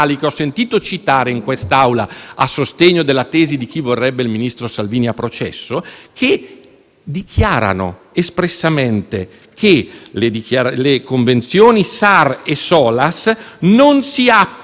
dichiarano espressamente quando le Convenzioni SAR e SOLAS non si applicano. Leggo il testo perché dobbiamo rimanere in un ambito strettamente giuridico: «Le